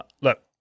Look